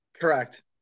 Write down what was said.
Correct